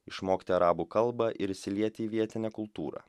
išmokti arabų kalbą ir įsilieti į vietinę kultūrą